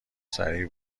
سریع